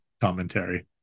commentary